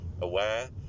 aware